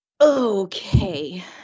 Okay